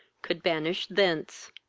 could banish thence.